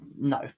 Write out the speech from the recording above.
no